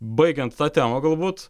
baigiant tą temą galbūt